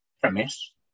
premise